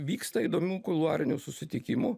vyksta įdomių kuluarinių susitikimų